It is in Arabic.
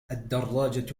الدراجة